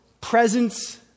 presence